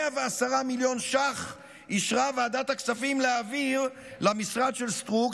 110 מיליון ש"ח אישרה ועדת הכספים להעביר למשרד של סטרוק,